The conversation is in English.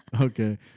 Okay